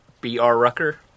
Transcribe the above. B-R-Rucker